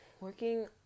working